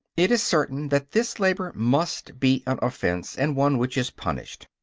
it is certain that this labor must be an offense, and one which is punished.